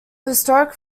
historic